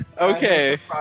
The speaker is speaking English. Okay